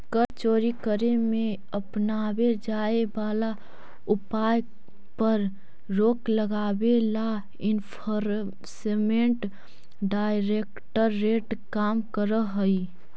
कर चोरी करे में अपनावे जाए वाला उपाय पर रोक लगावे ला एनफोर्समेंट डायरेक्टरेट काम करऽ हई